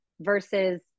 versus